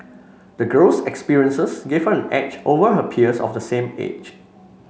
the girl's experiences gave her an edge over her peers of the same age